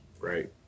right